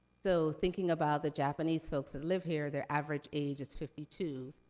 so, thinking about the japanese folks that live here, their average age is fifty two,